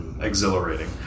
exhilarating